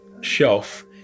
shelf